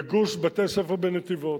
וגוש בתי-ספר בנתיבות.